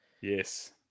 Yes